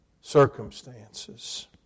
circumstances